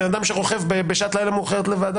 לגבי בן אדם שרוכב בשעת לילה מאוחרת לבד.